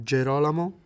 Gerolamo